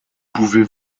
pouvez